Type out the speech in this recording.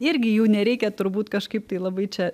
irgi jų nereikia turbūt kažkaip tai labai čia